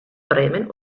bremen